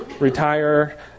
retire